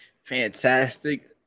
fantastic